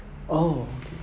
oh